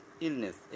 illness।